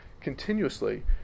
continuously